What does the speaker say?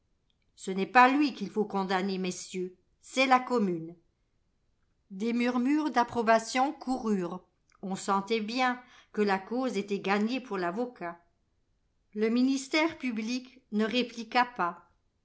ce n'est pas lui qu'il faut condamner messieurs c'est la commune des murmures d'approbation coururent on sentait bien que la cause était gagnée pour l'avocat le ministère public ne répliqua pas